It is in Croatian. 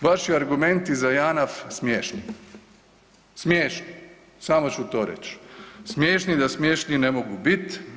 Vaši argumenti za Janaf smiješni, smiješni, samo ću to reć, smiješni da smješniji ne mogu bit.